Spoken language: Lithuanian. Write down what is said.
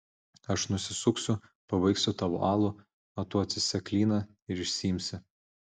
aš nusisuksiu pabaigsiu tavo alų o tu atsisek klyną ir išsiimsi